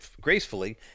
gracefully